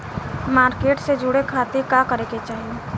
Market से जुड़े खाती का करे के चाही?